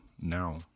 now